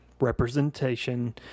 representation